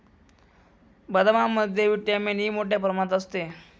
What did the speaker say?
बदामामध्ये vitamin E मोठ्ठ्या प्रमाणात असते